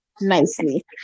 nicely